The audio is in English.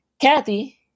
Kathy